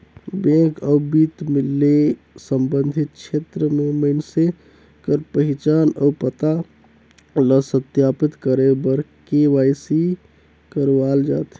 bank अउ बित्त ले संबंधित छेत्र में मइनसे कर पहिचान अउ पता ल सत्यापित करे बर के.वाई.सी करवाल जाथे